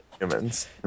humans